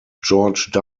george